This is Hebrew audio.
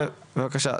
בבקשה.